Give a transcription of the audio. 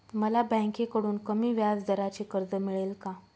मला बँकेकडून कमी व्याजदराचे कर्ज मिळेल का?